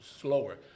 slower